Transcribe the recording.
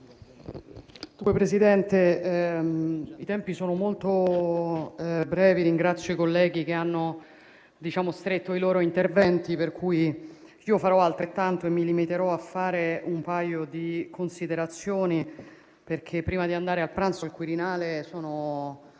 Presidente, i tempi sono molto brevi. Ringrazio i colleghi che hanno contenuto i loro interventi, per cui io farò altrettanto e mi limiterò a svolgere solo poche considerazioni perché, prima di andare a pranzo al Quirinale, sarei